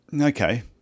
Okay